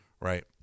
right